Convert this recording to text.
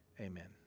Amen